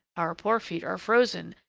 our poor feet are frozen,